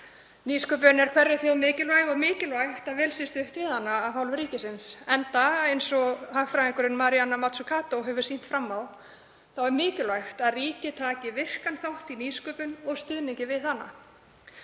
Nýsköpun er hverri þjóð mikilvæg og mikilvægt að vel sé stutt við hana af hálfu ríkisins, enda eins og hagfræðingurinn Mariana Mazzucato hefur sýnt fram á er mikilvægt að ríkið taki virkan þátt í nýsköpun og stuðningi við hana.